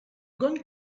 going